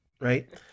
right